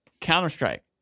Counter-Strike